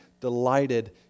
delighted